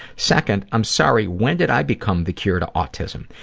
second, i'm sorry, when did i become the cure to autism?